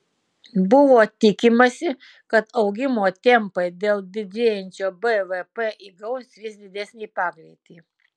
buvo tikimasi kad augimo tempai dėl didėjančio bvp įgaus vis didesnį pagreitį